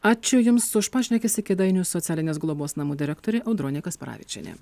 ačiū jums už pašnekesį kėdainių socialinės globos namų direktorė audronė kasperavičienė